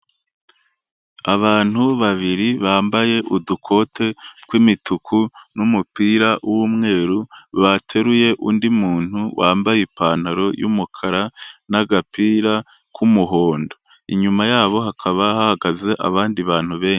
Abantu babiri bambaye udukote tw'imituku n'umupira w'umweru bateruye undi muntu wambaye ipantaro y'umukara n'agapira k'umuhondo. Inyuma yabo hakaba hahagaze abandi bantu benshi.